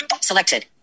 Selected